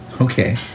Okay